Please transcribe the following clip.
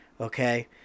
Okay